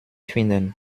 finden